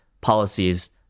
policies